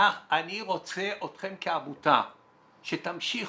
אני רוצה אתכם כעמותה, שתמשיכו,